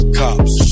cops